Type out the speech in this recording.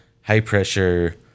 high-pressure